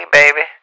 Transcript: baby